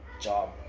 job